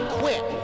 quit